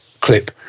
clip